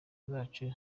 zacu